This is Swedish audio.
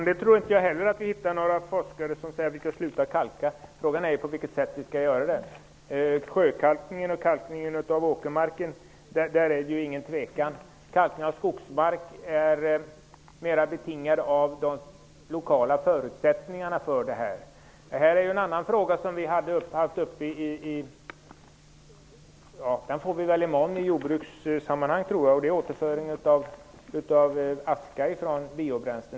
Herr talman! Inte heller jag tror att vi hittar några forskare som säger att vi skall sluta kalka. Frågan är på vilket sätt vi skall göra det. I fråga om sjökalkningen och kalkningen av åkermarken är det ingen tvekan, medan kalkningen av skogsmark är mer betingad av de lokala förutsättningarna för kalkning. Jag tror att det är i morgon som vi i jordbrukssammanhang skall ta upp en annan fråga, nämligen återföringen av aska från biobränslen.